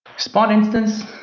spot instance,